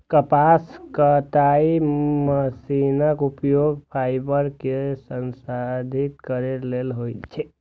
कपास कताइ मशीनक उपयोग फाइबर कें संसाधित करै लेल होइ छै